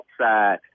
outside